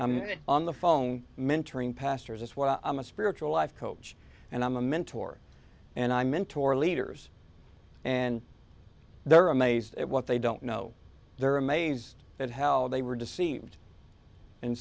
day on the phone mentoring pastors as well i'm a spiritual life coach and i'm a mentor and i mentor leaders and they're amazed at what they don't know they're amazed at how they were deceived and